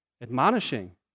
admonishing